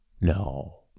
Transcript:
No